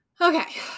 Okay